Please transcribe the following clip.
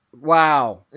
Wow